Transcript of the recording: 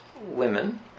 women